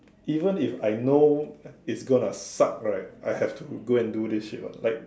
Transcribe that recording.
even if I know it's going to suck right I have to go and do this shit what like